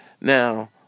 Now